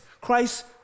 Christ